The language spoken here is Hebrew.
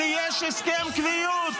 כי יש הסכם קביעות.